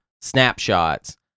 snapshots